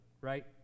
right